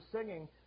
singing